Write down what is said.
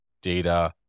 data